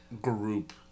group